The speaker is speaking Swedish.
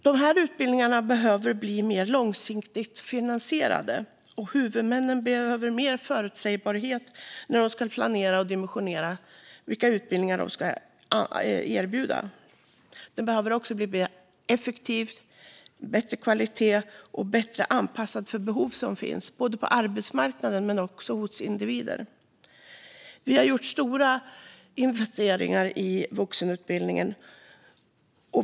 De här utbildningarna behöver bli mer långsiktigt finansierade, och huvudmännen behöver mer förutsägbarhet när de ska planera och dimensionera de utbildningar de ska erbjuda. Utbildningarna behöver också bli mer effektiva med högre kvalitet och bättre anpassade för de behov som finns på arbetsmarknaden men också hos individer. Vi gjorde stora investeringar i vuxenutbildningen.